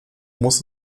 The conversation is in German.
muss